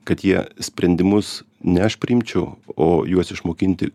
kad jie sprendimus ne aš priimčiau o juos išmokinti